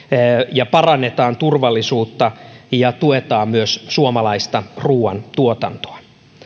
ja parannetaan turvallisuutta ja tuetaan myös suomalaista ruuantuotantoa